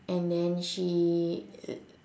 and then she